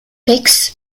bix